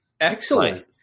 Excellent